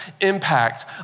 impact